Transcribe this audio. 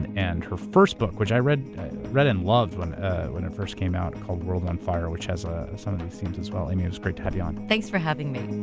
and her first book, which i read read and loved when when it first came out, called world on fire, which has ah some of these themes as well. amy it was great to have you on. thanks for having me.